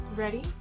Ready